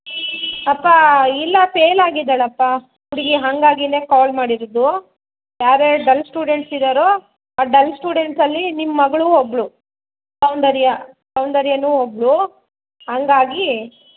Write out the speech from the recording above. ಅಪ್ಪ ಇಲ್ಲ ಫೇಲಾಗಿದ್ದಾಳಪ್ಪ ಹುಡುಗಿ ಹಾಗಾಗಿನೆ ಕಾಲ್ ಮಾಡಿರೋದು ಯಾರೆರು ಡಲ್ ಸ್ಟೂಡೆಂಟ್ಸ್ ಇದ್ದಾರೊ ಆ ಡಲ್ ಸ್ಟೂಡೆಂಟ್ಸಲ್ಲಿ ನಿಮ್ಮ ಮಗಳೂ ಒಬ್ಬಳು ಸೌಂದರ್ಯ ಸೌಂದರ್ಯನು ಒಬ್ಬಳು ಹಂಗಾಗಿ